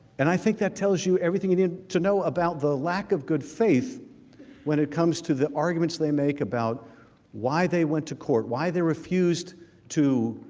and i think that tells you everything you need to know about the lack of good faith when it comes to the arguments they make about why they went to court why they refused two